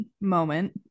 moment